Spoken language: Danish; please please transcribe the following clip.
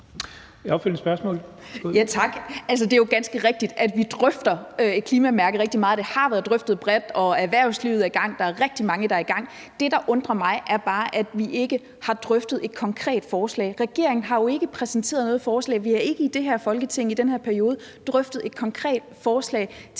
Marie Bjerre (V): Tak. Det er jo ganske rigtigt, at vi drøfter et klimamærke rigtig meget. Det har været drøftet bredt, og erhvervslivet er i gang. Der er rigtig mange, der er i gang. Det, der undrer mig, er bare, at vi ikke har drøftet et konkret forslag. Regeringen har jo ikke præsenteret noget forslag. Vi har ikke i det her Folketing i den her periode drøftet et konkret forslag til